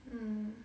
mm